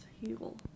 Heal